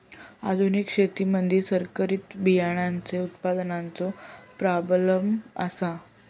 आधुनिक शेतीमधि संकरित बियाणांचो उत्पादनाचो प्राबल्य आसा